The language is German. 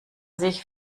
sich